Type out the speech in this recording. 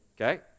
Okay